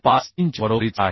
53 च्या बरोबरीचा आहे